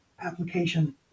application